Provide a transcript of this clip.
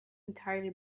entirely